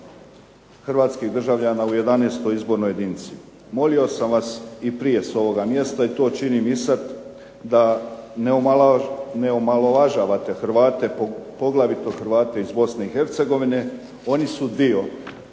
Hrvatskih državljana u 11. izbornoj jedinici. Molio sam vas i prije s ovoga mjesta i to činim i sad, da ne omalovažavate Hrvate poglavito Hrvate iz Bosne i Hercegovine, oni su dio jednog Hrvatskog